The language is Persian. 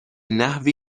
نحوی